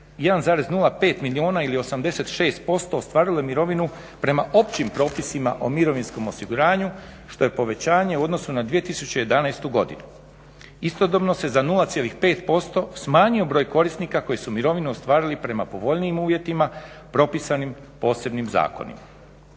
1,05 milijuna ili 86% ostvarilo je mirovinu prema općim propisima o mirovinskom osiguranju što je povećanje u odnosu na 2011.godinu. istodobno se za 0,5% smanjio broj korisnika koji su mirovinu ostvarili prema povoljnim uvjetima propisanim posebnim zakonima.